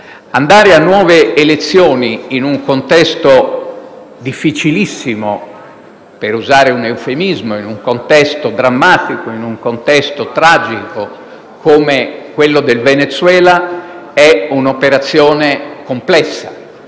Andare a nuove elezioni in un contesto difficilissimo (per usare un eufemismo), drammatico e tragico come quello del Venezuela è un'operazione complessa,